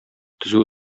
төзү